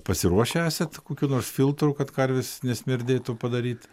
pasiruošę esat kokių nors filtrų kad karvės nesmirdėtų padaryt